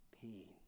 pain